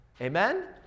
amen